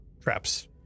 traps